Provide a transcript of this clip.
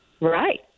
right